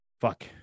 Fuck